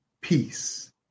peace